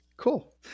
cool